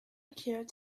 occurred